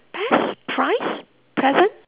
best surprise present